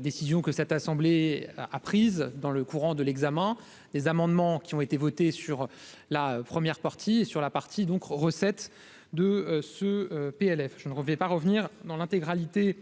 décisions que cette assemblée a prise dans le courant de l'examen des amendements qui ont été votées sur la première partie sur la partie donc recette de ce PLF je ne vais pas revenir dans l'intégralité